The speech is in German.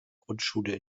grundschule